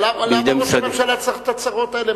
אבל למה ראש הממשלה צריך את הצרות האלה?